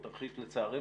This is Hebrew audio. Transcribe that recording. לצערנו,